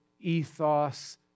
ethos